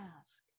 ask